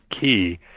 key